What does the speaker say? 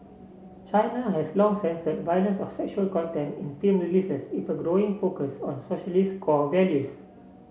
China has long censored violence or sexual content in film releases with a growing focus on socialist core values